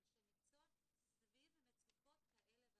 לאנשי מקצוע סביב מצוקות כאלה ואחרות.